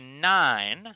nine